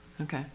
Okay